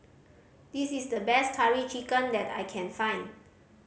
this is the best Curry Chicken that I can find